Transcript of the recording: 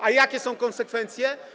A jakie są konsekwencje?